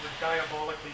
diabolically